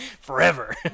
Forever